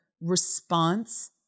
response